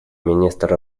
министр